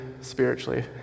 spiritually